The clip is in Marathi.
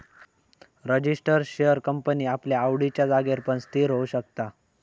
रजीस्टर शेअर कंपनी आपल्या आवडिच्या जागेर पण स्थिर होऊ शकता